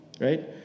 right